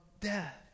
death